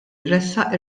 jressaq